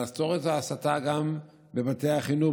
לעצור את ההסתה גם בבתי החינוך,